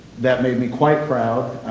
that made me quite proud,